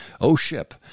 O-Ship